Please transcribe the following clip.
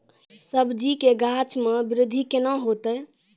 सब्जी के गाछ मे बृद्धि कैना होतै?